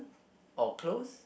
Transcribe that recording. or close